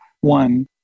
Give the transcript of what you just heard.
one